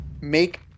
make